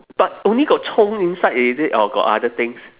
but only got 葱 inside is it or got other things